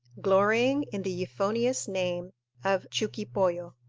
glorying in the euphonious name of chuquipoyo.